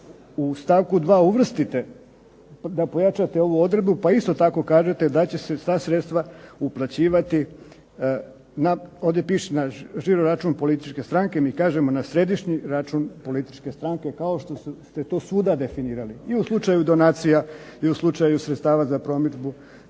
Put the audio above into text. u stavku 2. uvrstite da pojačate ovu odredbu pa isto tako kažete da će se ta sredstva uplaćivati, ovdje piše na žiro račun političke stranke, mi kažemo na središnji račun političke stranke kao što ste to svuda definirali. I u slučaju donacija i u slučaju sredstava za promidžbu,